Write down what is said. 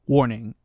Warning